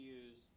use